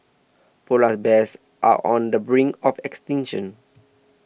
Polar Bears are on the brink of extinction